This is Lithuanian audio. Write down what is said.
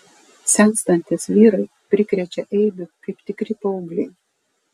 senstantys vyrai prikrečia eibių kaip tikri paaugliai